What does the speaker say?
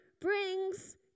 brings